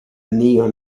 neon